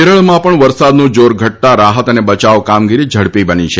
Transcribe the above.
કેરળમાં પણ વરસાદનું જાર ઘટતા રાહત અને બયાવ કામગીરી ઝડપી બની છે